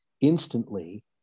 instantly